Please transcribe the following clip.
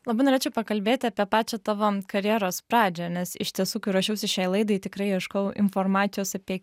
labai norėčiau pakalbėti apie pačią tavo karjeros pradžią nes iš tiesų kai ruošiausi šiai laidai tikrai ieškojau informacijos apie